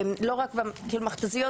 לא במכת"זיות,